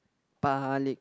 balik